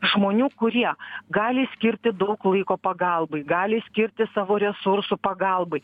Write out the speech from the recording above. žmonių kurie gali skirti daug laiko pagalbai gali skirti savo resursų pagalbai